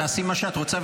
תעשי מה שאת רוצה,